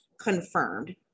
confirmed